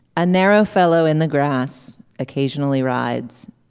a narrow fellow in the grass occasionally rides.